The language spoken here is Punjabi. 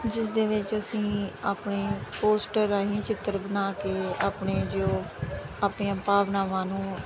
ਜਿਸ ਦੇ ਵਿੱਚ ਅਸੀਂ ਆਪਣੇ ਪੋਸਟਰ ਰਾਹੀਂ ਚਿੱਤਰ ਬਣਾ ਕੇ ਆਪਣੇ ਜੋ ਆਪਣੀਆਂ ਭਾਵਨਾਵਾਂ ਨੂੰ